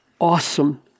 awesome